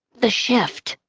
the shift